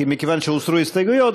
מכיוון שהוסרו ההסתייגויות,